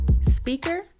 speaker